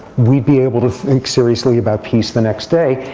we'd be able to think seriously about peace the next day.